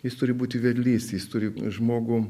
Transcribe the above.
jis turi būti vedlys jis turi žmogų